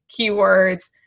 keywords